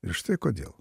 ir štai kodėl